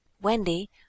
Wendy